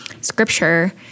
scripture